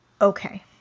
Okay